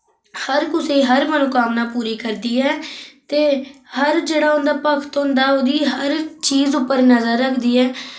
हर कुसै हर मनोकामना पूरी करदी ऐ ते हर जेह्ड़ा उं'दा भक्त होंदा उ'दी हर चीज उप्पर नजर रखदी ऐ